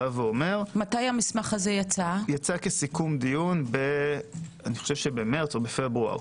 הוא יצא כסיכום דיון במרס או בפברואר,